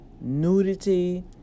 nudity